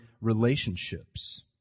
relationships